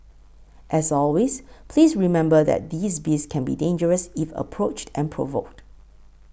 as always please remember that these beasts can be dangerous if approached and provoked